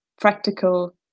practical